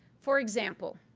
for example,